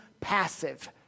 passive